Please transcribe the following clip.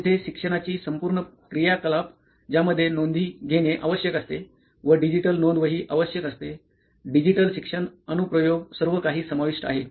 जिथे शिक्षणाची संपूर्ण क्रियाकलाप ज्यामध्ये नोंदी घेणे आवश्यक असते व डिजिटल नोंदवही आवश्यक असते डिजिटल शिक्षण अनुप्रयोग सर्वकाही समाविष्ट आहे